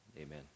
Amen